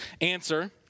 answer